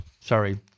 Sorry